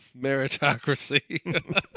meritocracy